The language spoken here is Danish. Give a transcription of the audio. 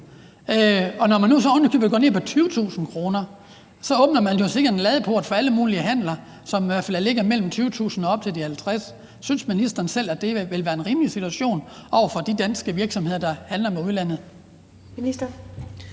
når man nu så ovenikøbet går ned på 20.000 kr., så åbner man jo sikkert en ladeport for alle mulige handler, som i hvert fald ligger imellem 20.000 kr. og op til de 50.000 kr. Synes ministeren selv, at det vil være en rimelig situation for de danske virksomheder, der handler med udlandet?